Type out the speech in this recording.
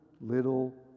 little